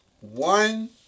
One